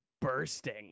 bursting